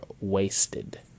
wasted